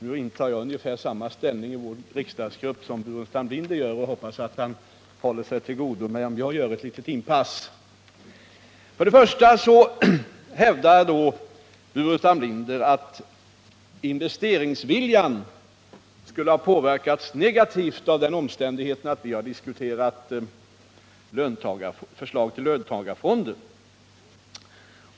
Jag intar ungefär samma ställning i socialdemokraternas riksdagsgrupp som Staffan Burenstam Linder gör i den moderata, och jag hoppas att han håller till godo med att jag gör ett litet inpass. Staffan Burenstam Linder hävdade att investeringsviljan skulle ha påverkats negativt av den omständigheten att vi har diskuterat förslag till löntagarfonder.